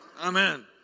Amen